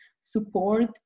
support